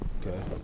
Okay